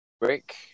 Break